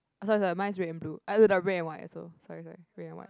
oh sorry sorry mine is red and blue red and white also sorry sorry red and white